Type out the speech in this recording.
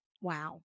Wow